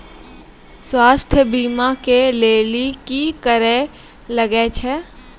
स्वास्थ्य बीमा के लेली की करे लागे छै?